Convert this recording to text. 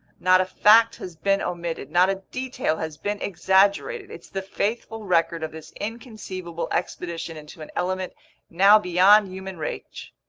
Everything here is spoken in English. not a fact has been omitted, not a detail has been exaggerated. it's the faithful record of this inconceivable expedition into an element now beyond human reach,